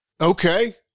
Okay